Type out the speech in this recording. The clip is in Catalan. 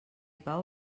pau